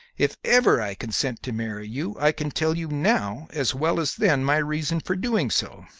if ever i consent to marry you i can tell you now as well as then my reason for doing so